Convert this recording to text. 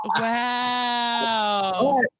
Wow